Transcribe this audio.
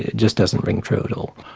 just doesn't ring true at all.